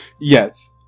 Yes